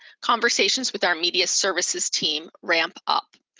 conversations with our media services team ramped up.